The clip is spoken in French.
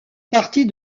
partie